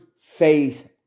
faith